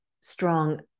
strong